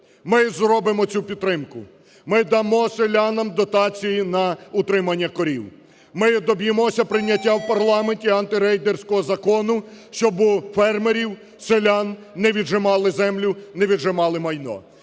Ми зробимо цю підтримку! Ми дамо селянам дотації на утримання корів. Ми доб'ємося прийняття в парламенті, антирейдерського закону, щоб у фермерів, селян не віджимали землю, не віджимали майно.